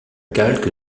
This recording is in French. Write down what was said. calque